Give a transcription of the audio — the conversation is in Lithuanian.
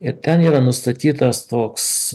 ir ten yra nustatytas toks